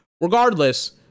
Regardless